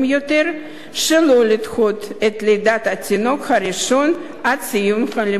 שלא לדחות את לידת התינוק הראשון עד סיום הלימודים.